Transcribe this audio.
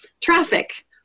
traffic